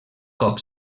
cop